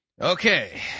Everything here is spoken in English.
Okay